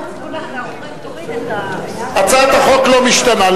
לא משתנה.